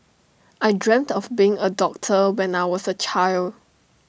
I dreamt of being A doctor when I was A child